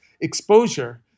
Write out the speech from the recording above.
exposure